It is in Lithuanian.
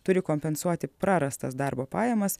turi kompensuoti prarastas darbo pajamas